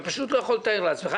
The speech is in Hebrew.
אתה פשוט לא יכול לתאר לעצמך.